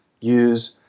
use